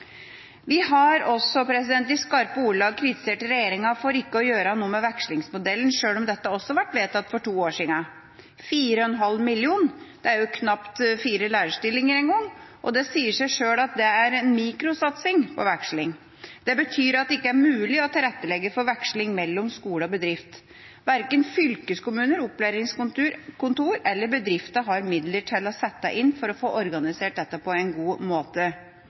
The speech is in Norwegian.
Vi har også i skarpe ordelag kritisert regjeringa for ikke å gjøre noe med vekslingsmodellen, sjøl om denne også ble vedtatt for to år siden. 4,5 mill. kr dekker jo knapt fire lærerstillinger, og det sier seg sjøl at det er en mikrosatsing på veksling. Det betyr at det ikke er mulig å tilrettelegge for veksling mellom skole og bedrift. Verken fylkeskommuner, opplæringskontor eller bedrifter har midler å sette inn for å få organisert dette på en god måte.